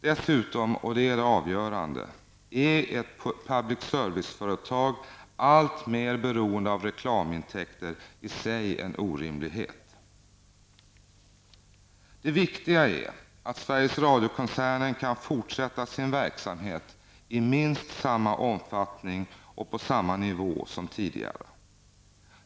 Dessutom, och det är det avgörande, är ett public service-företag som blir alltmer beroende av reklamintäkter i sig en orimlighet. Det viktiga är att Sveriges Radio-koncernen kan fortsätta sin verksamhet i minst samma omfattning och på samma nivå som tidigare.